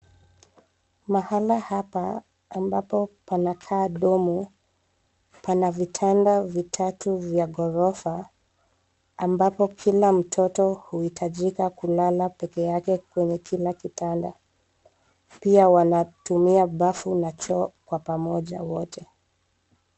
Mahali hapa ambapo panakaa dorm pana vitanda vitatu vya gorofa, ambapo kila mtoto huhitajika kulala peke yake kwenye kila kitanda. Pia wanatumia bafu na choo kwa pamoja wote.